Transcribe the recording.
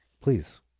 Please